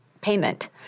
payment